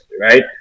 right